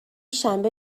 شنبه